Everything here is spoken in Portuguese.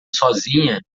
sozinha